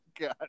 God